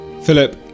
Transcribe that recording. Philip